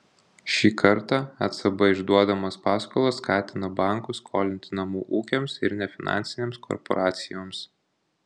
šį kartą ecb išduodamas paskolas skatina bankus skolinti namų ūkiams ir nefinansinėms korporacijoms